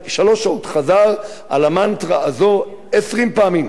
ושלוש שעות חזר על המנטרה הזאת 20 פעמים.